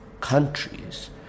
countries